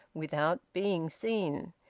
without being seen.